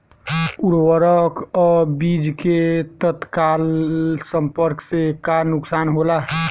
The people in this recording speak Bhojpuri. उर्वरक अ बीज के तत्काल संपर्क से का नुकसान होला?